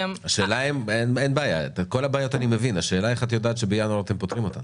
השאלה היא איך את יודעת שבינואר אתם פותרים אותן.